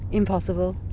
impossible.